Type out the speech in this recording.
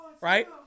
Right